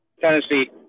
Tennessee